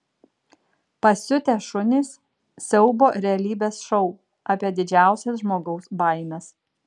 pasiutę šunys siaubo realybės šou apie didžiausias žmogaus baimes